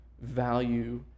value